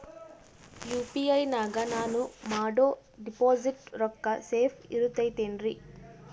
UPI ನಾಗ ನಾನು ಮಾಡೋ ಡಿಪಾಸಿಟ್ ರೊಕ್ಕ ಸೇಫ್ ಇರುತೈತೇನ್ರಿ?